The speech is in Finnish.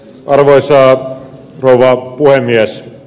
arvoisa rouva puhemies